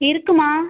இருக்கும்மா